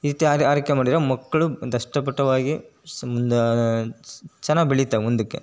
ಈ ರೀತಿ ಆರೆ ಆರೈಕೆ ಮಾಡಿದರೆ ಮಕ್ಕಳು ದಷ್ಟಪುಟ್ಟವಾಗಿ ಸುಂದರ ಚೆನ್ನಾಗಿ ಬೆಳಿತವೆ ಮುಂದಕ್ಕೆ